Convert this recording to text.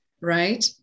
right